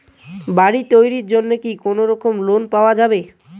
বাড়ি তৈরির জন্যে কি কোনোরকম লোন পাওয়া যাবে?